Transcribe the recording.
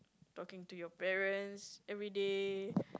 talking to your parents everyday